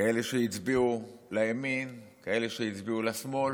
כאלה שהצביעו לימין, כאלה שהצביעו לשמאל.